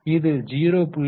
எனவே இது 0